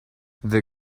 the